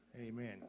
Amen